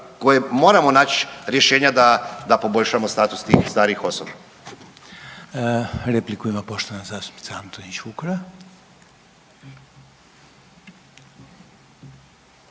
koje moramo naći rješenja da poboljšamo status tih starih osoba.